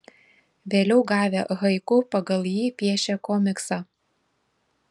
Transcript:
vėliau gavę haiku pagal jį piešė komiksą